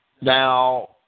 Now